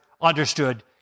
understood